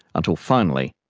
until finally,